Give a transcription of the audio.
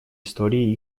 истории